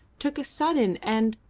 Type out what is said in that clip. took a sudden and,